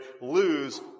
lose